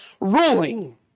ruling